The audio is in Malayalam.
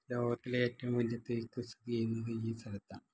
ലോകത്തിലെ ഏറ്റവും വലിയ തേക്ക് സ്ഥിതി ചെയ്യുന്നത് ഈ സ്ഥലത്താണ്